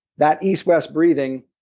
that east-west breathing.